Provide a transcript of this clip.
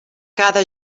cada